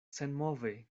senmove